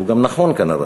שהוא גם נכון כנראה,